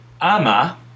Ama